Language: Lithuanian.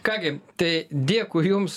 ką gi tai dėkui jums